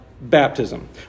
baptism